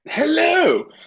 hello